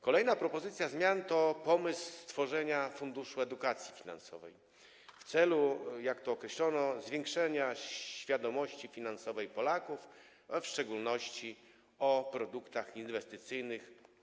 Kolejna propozycja zmian dotyczy pomysłu stworzenia Funduszu Edukacji Finansowej w celu, jak to określono, zwiększenia świadomości finansowej Polaków, w szczególności w przypadku produktów inwestycyjnych.